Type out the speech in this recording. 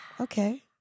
Okay